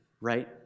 right